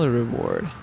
reward